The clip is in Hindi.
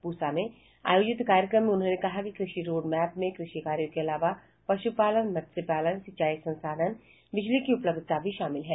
पूसा में आयोजित कार्यक्रम में उन्होंने कहा कि कृषि रोड मैप में कृषि कार्यों के अलावा पशुपालन मत्स्यपालन सिंचाई संसाधन बिजली की उपलब्धता भी शामिल है